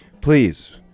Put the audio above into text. Please